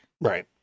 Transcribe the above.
right